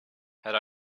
had